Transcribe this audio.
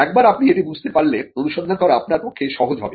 একবার আপনি এটি বুঝতে পারলে অনুসন্ধান করা আপনার পক্ষে সহজ হবে